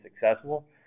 successful